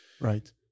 Right